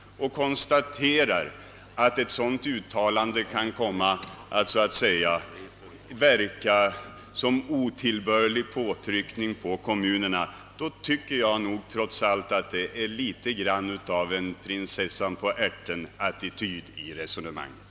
Han konstaterar alltså att ett sådant uttalande kan komma att verka som en otillbörlig påtryckning på kommunerna. Då tycker jag nog att det finns litet av en »prinsessan på ärtenattityd» i sammanhanget.